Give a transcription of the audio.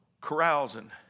carousing